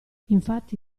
infatti